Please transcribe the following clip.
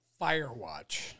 Firewatch